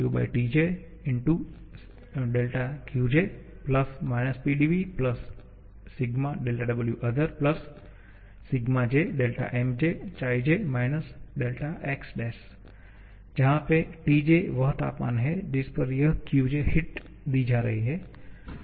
𝑑X 𝛴𝑗1 T0𝑇𝑗Qj PdVWother𝛴𝑗𝛿𝑚𝑗𝑗 𝛿Xdes जहा पे 𝑇𝑗 वह तापमान होता है जिस पर यह Qj हिट दी जा रही है